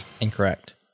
Incorrect